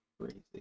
crazy